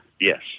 Yes